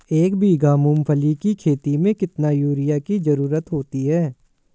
एक बीघा मूंगफली की खेती में कितनी यूरिया की ज़रुरत होती है?